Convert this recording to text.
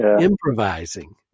improvising